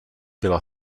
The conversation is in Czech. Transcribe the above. byla